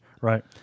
right